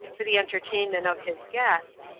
for the entertainment of his guests,